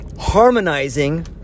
harmonizing